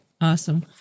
Awesome